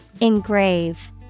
engrave